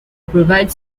provide